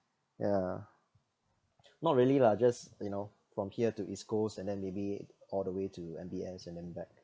ya not really lah just you know from here to east coast and then maybe all the way to M_B_S and then back